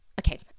okay